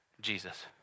Jesus